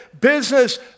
business